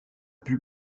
plus